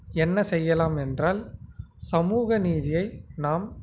என்ன செய்யலாம் என்றால் சமூக நீதியை நாம்